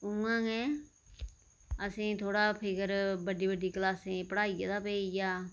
उआ गै असें गी थ्होड़ा फिक्र बड्डी बड्डी कलासै दी पढाई दा पेई गेआ